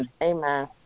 Amen